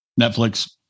Netflix